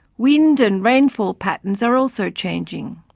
wind and rainfall patterns are also changing.